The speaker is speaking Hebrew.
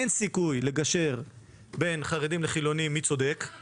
אין סיכוי לגשר בין חרדים לחילונים בשאלה מי צודק;